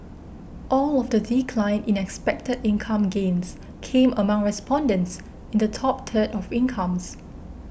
all of the decline in expected income gains came among respondents in the top third of incomes